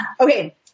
Okay